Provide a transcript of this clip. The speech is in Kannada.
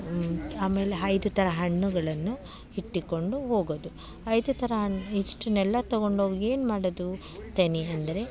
ಆಮೇಲೆ ಐದು ಥರ ಹಣ್ಣುಗಳನ್ನು ಇಟ್ಟುಕೊಂಡು ಹೋಗೋದು ಐದು ಥರ ಹಣ್ಣು ಇಷ್ಟನ್ನೆಲ್ಲ ತೊಗೊಂಡೋಗಿ ಏನು ಮಾಡೋದು ತನಿ ಅಂದರೆ